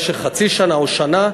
נניח חצי שנה או שנה,